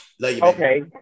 Okay